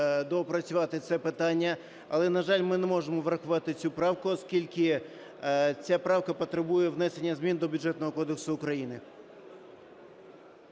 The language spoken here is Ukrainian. доопрацювати це питання. Але, на жаль, ми не можемо врахувати цю правку, оскільки ця правка потребує внесення змін до Бюджетного кодексу України.